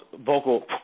vocal